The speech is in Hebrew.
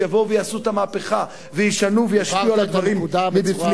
שיבואו ויעשו את המהפכה וישנו וישפיעו על הדברים מבפנים.